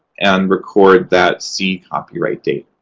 and record that c copyright date.